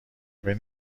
بین